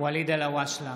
ואליד אלהואשלה,